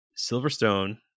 Silverstone